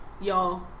y'all